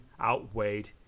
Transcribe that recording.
outweighed